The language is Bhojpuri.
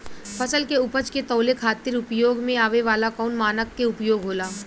फसल के उपज के तौले खातिर उपयोग में आवे वाला कौन मानक के उपयोग होला?